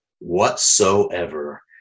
Whatsoever